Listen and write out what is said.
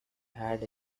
had